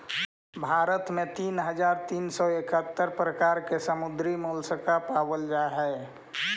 भारत में तीन हज़ार तीन सौ इकहत्तर प्रकार के समुद्री मोलस्का पाबल जा हई